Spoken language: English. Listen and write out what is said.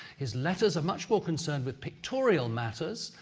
his letters are much more concerned with pictorial matters,